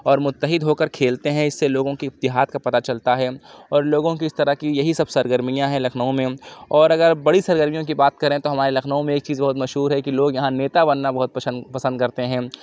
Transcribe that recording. اور متحد ہو کر کھیلتے ہیں اِس سے لوگوں کی اتحاد کا پتہ چلتا ہے اور لوگوں کی اِس طرح کی یہی سب سرگرمیاں ہیں لکھنؤ میں اور اگر بڑی سرگرمیوں کی بات کریں تو ہمارے لکھنؤ میں ایک چیز بہت مشہور ہے کہ لوگ یہاں نیتا بننا بہت پسند پسند کرتے ہیں